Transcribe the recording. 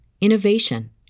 innovation